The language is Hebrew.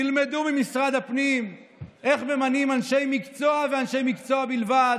תלמדו ממשרד הפנים איך ממנים אנשי מקצוע ואנשי מקצוע בלבד,